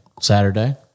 saturday